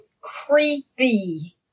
creepy